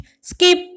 skip